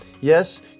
Yes